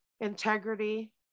integrity